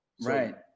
Right